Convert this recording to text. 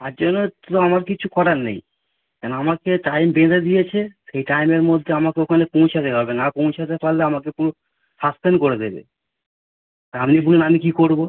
আর যে ক্ষেত্র আমার কিছু করার নেই কারণ আমাকে টাইম বেঁধে দিয়েছে সেই টাইমের মধ্যে আমাকে ওখানে পৌঁছাতে হবে না পৌঁছাতে পারলে আমাকে পুরো সাসপেন্ড করে দেবে আপনি বলুন আমি কী করবো